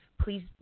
please